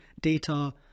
data